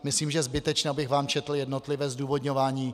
Myslím, že je zbytečné, abych vám četl jednotlivé zdůvodňování.